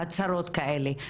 הצהרות כאלה.